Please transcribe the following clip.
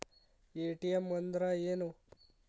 ATM ಅಂದ್ರ ಏನು?